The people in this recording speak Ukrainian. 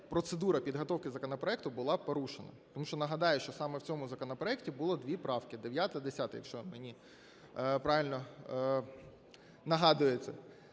процедура підготовки законопроекту була порушена, тому що нагадаю, що саме в цьому законопроекті було дві правки, 9-а, 10-а, якщо мені правильно нагадується.